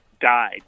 died